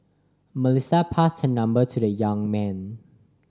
Melissa passed her number to the young man